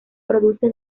produce